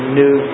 new